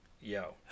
yo